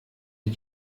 die